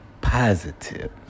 positive